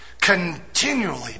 Continually